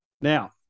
Now